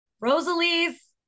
Rosalie's